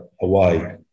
away